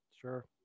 Sure